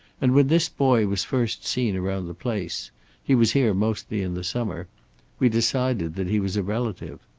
and when this boy was first seen around the place he was here mostly in the summer we decided that he was a relative.